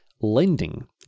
lending